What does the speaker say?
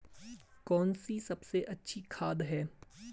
कौन सी सबसे अच्छी खाद है?